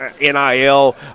NIL